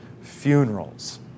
funerals